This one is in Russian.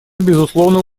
безусловно